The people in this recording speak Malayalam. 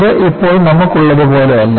ഇത് ഇപ്പോൾ നമ്മൾക്കുള്ളത് പോലെയല്ല